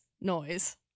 noise